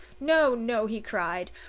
no, no! he cried.